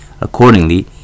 Accordingly